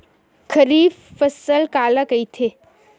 खरीफ फसल काला कहिथे?